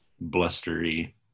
blustery